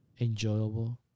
enjoyable